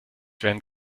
wären